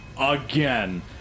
again